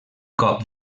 cop